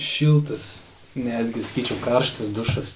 šiltas netgi sakyčiau karštas dušas